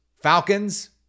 Falcons